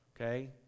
Okay